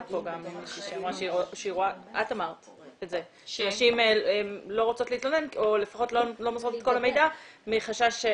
מישהי אמרה שנשים לא רוצות להתלונן או לא מוסרות את כל המידע מתוך חשש,